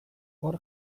hor